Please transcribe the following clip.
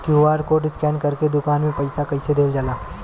QR code scan करके दुकान में पईसा कइसे देल जाला?